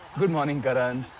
good morning karan.